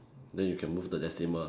then you can move the decimal